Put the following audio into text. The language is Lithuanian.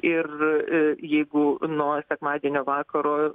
ir jeigu nuo sekmadienio vakaro